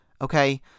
okay